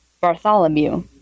Bartholomew